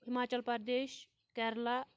Himachal Pradesh Kerala